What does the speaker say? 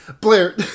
Blair